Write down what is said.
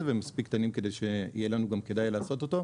ומספיק קטנים כדי שיהיה לנו גם כדאי לעשות אותו.